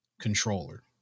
controller